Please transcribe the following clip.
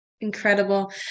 Incredible